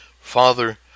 Father